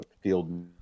field